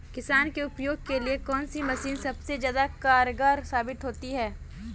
किसान के उपयोग के लिए कौन सी मशीन सबसे ज्यादा कारगर साबित होती है?